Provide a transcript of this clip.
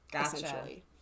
essentially